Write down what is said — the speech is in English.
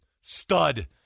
stud